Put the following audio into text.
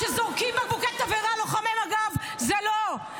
כשזורקים בקבוקי תבערה על לוחמי מג"ב, זה לא,